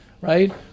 right